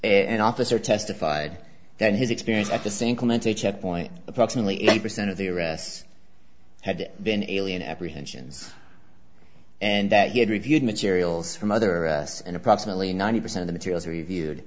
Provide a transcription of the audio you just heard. an officer testified that his experience at the same committee checkpoint approximately eighty percent of the arrests had been alien apprehensions and that he had reviewed materials from other us and approximately ninety percent the materials reviewed